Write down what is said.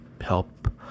help